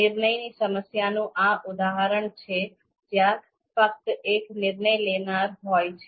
નિર્ણયની સમસ્યાનું આ ઉદાહરણ છે જ્યાં ફક્ત એક નિર્ણય લેનાર હોય છે